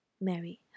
Mary